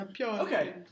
Okay